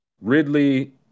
Ridley